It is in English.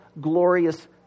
glorious